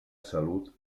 salut